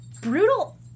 brutal